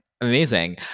Amazing